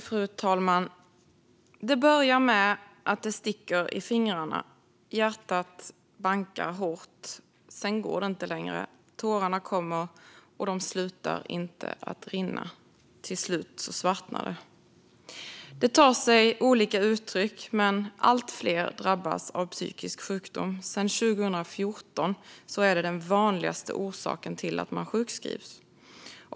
Fru talman! Det börjar med att det sticker i fingrarna. Hjärtat bankar hårt. Sedan går det inte längre. Tårarna kommer, och de slutar inte att rinna. Till slut svartnar det. Det tar sig olika uttryck, men allt fler drabbas av psykisk sjukdom. Sedan 2014 är det den vanligaste orsaken till att man sjukskrivs.